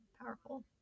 powerful